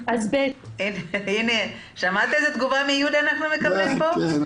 אז זה יהיה שלושה שבועות וזה גרוע יותר.